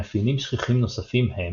מאפיינים שכיחים נוספים הם